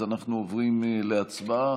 אז אנחנו עוברים להצבעה.